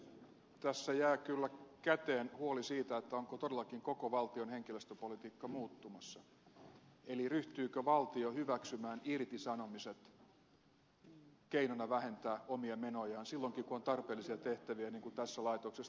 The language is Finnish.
tässä jää kyllä käteen huoli siitä onko todellakin koko valtion henkilöstöpolitiikka muuttumassa eli ryhtyykö valtio hyväksymään irtisanomiset keinona vähentää omia menojaan silloinkin kun on tarpeellisia tehtäviä niin kuin tässä laitoksessa todella on